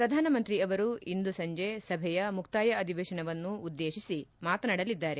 ಪ್ರಧಾನಮಂತ್ರಿ ಅವರು ಇಂದು ಸಂಜೆ ಸಭೆಯ ಮುಕ್ತಾಯ ಅಧಿವೇಶನವನ್ನು ಉದ್ದೇಶಿಸಿ ಮಾತನಾಡಲಿದ್ದಾರೆ